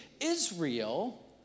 Israel